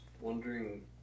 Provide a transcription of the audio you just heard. wondering